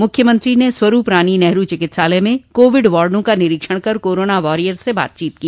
मुख्यमंत्री ने स्वरूप रानी नेहरू चिकित्सालय में कोविड वार्डो का निरीक्षण कर कोरोना वारियर्स से बातचीत की